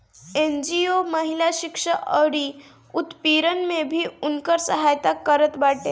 NGO महिला शिक्षा अउरी उत्पीड़न में भी उनकर सहायता करत बाटे